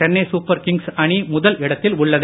Chennai Super Kings அணி முதல் இடத்தில் உள்ளது